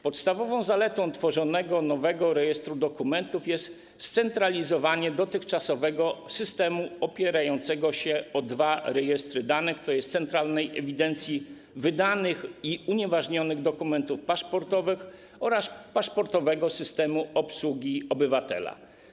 Podstawową zaletą tworzonego nowego rejestru dokumentów jest scentralizowanie dotychczasowego systemu opierającego się o dwa rejestry danych, tj. centralnej ewidencji wydanych i unieważnionych dokumentów paszportowych oraz paszportowego systemu obsługi obywatela.